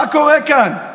מה קורה כאן?